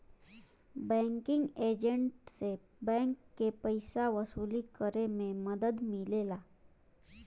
banking agent से bank के पइसा वसूली करे में मदद मिलेला